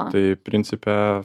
tai principe